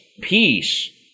peace